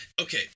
Okay